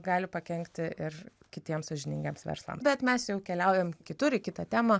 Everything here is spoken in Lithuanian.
gali pakenkti ir kitiems sąžiningiems verslams bet mes jau keliaujam kitur į kitą temą